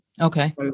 Okay